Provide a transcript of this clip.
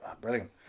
brilliant